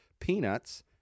peanuts